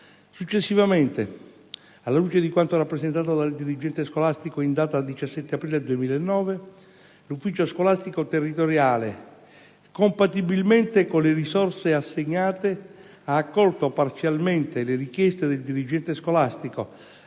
Successivamente, alla luce di quanto rappresentato dal dirigente scolastico in data 17 aprile 2009, l'ufficio scolastico territoriale, compatibilmente con le risorse assegnate, ha accolto parzialmente le richieste del dirigente scolastico,